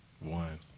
one